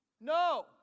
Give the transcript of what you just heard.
No